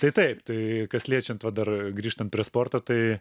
tai taip tai kas liečiant va dar grįžtant prie sporto tai